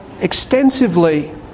extensively